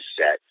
set